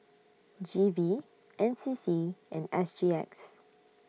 G V N C C and S G X